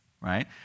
Right